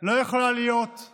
לא יכולה להיות רק